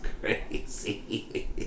crazy